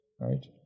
Right